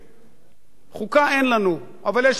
חוקה אין לנו, אבל יש לנו רצף של חוקים,